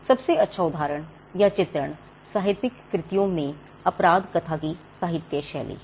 सबसे अच्छा उदाहरण या चित्रण साहित्यिक कृतियों में अपराध कथा की साहित्यशैली है